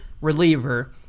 reliever